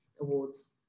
awards